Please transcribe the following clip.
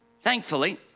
Thankfully